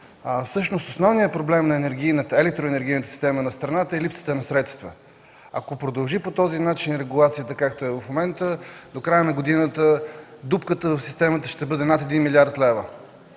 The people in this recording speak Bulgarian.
частично. Основният проблем на електроенергийната система в страната е липсата на средства. Ако продължи регулацията по този начин, както е в момента, до края на годината дупката в системата ще бъде над 1 млрд. лв.